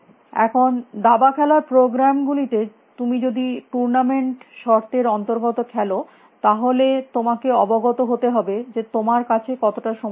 এখন দাবা খেলার প্রোগ্রাম গুলিতে তুমি যদি টুর্নামেন্ট শর্তের অন্তর্গত খেল তাহলে তোমাকে অবগত হতে হবে যে তোমার কাছে কতটা সময় আছে